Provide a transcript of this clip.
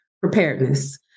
preparedness